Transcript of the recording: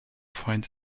find